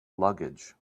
luggage